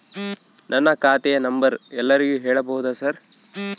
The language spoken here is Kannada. ನನ್ನ ಖಾತೆಯ ನಂಬರ್ ಎಲ್ಲರಿಗೂ ಹೇಳಬಹುದಾ ಸರ್?